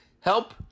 Help